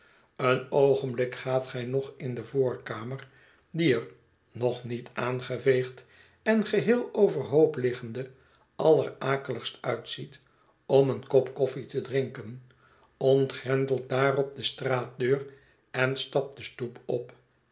een oogenblik gaat gij nog in de voorkamer die er nog niet aangeveegd en geheel overhoop liggende allerakehgst uitziet om een kop koffie te drinken ontgrendelt daarop de straatdeur en stapt de stoep op